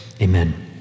Amen